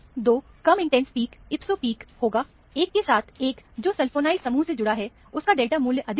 दो कम intense peak ipso peak होगा एक के साथ एक जो सल्फोनील समूह से जुड़ा है उसका डेल्टा मूल्य अधिक होगा